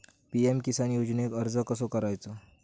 PM Kisan योजनेक अर्ज कसो करायचो?